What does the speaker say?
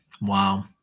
Wow